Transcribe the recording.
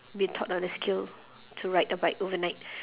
been taught on a skill to ride a bike overnight